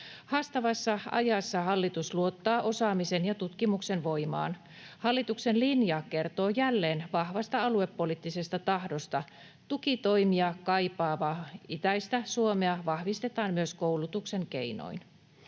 Haastavassa ajassa hallitus luottaa osaamisen ja tutkimuksen voimaan. Hallituksen linja kertoo jälleen vahvasta aluepoliittisesta tahdosta. Tukitoimia kaipaavaa itäistä Suomea vahvistetaan myös koulutuksen keinoin.